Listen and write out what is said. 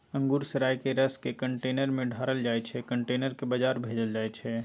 अंगुर सराए केँ रसकेँ कंटेनर मे ढारल जाइ छै कंटेनर केँ बजार भेजल जाइ छै